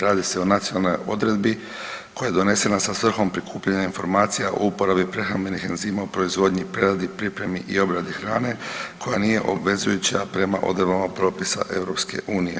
Radi se o nacionalnoj odredbi koja je donesena sa svrhom prikupljanja informacija o uporabi prehrambenih enzima u proizvodnji, preradi, pripremi i obradi hrane koja nije obvezujuća prema odredbama propisa EU.